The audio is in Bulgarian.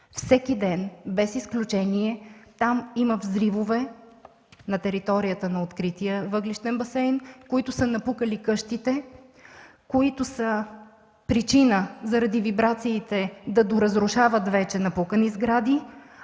Всеки ден, без изключение, там има взривове на територията на открития въглищен басейн, които са напукали къщите, които заради вибрациите са причина да доразрушават вече напукани сгради,